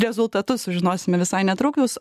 rezultatus sužinosime visai netrukus